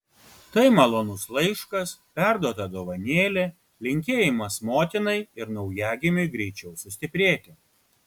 tai malonus laiškas perduota dovanėlė linkėjimas motinai ir naujagimiui greičiau sustiprėti